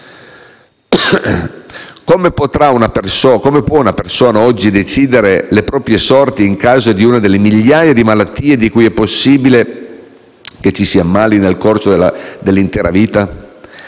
Come può una persona oggi decidere le proprie sorti viste le migliaia di malattie di cui è possibile ammalarsi nel corso dell'intera vita?